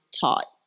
taught